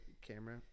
camera